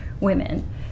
women